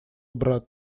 брат